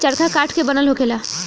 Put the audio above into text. चरखा काठ के बनल होखेला